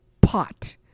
pot